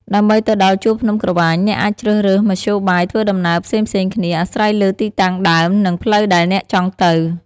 ដើម្បីទៅដល់ជួរភ្នំក្រវាញ អ្នកអាចជ្រើសរើសមធ្យោបាយធ្វើដំណើរផ្សេងៗគ្នា អាស្រ័យលើទីតាំងដើម និងផ្លូវដែលអ្នកចង់ទៅ។